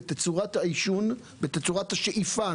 בתצורת השאיפה.